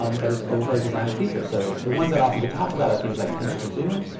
um but it's over a design feature. so the ones that often get talked about are things like pinch-to-zoom.